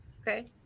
okay